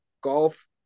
golf